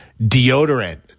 deodorant